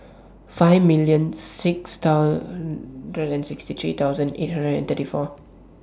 five million six sixty three thousand eight hundred and thirty four